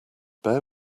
bear